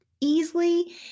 easily